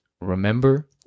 Remember